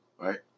Right